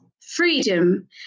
freedom